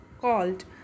called